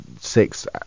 six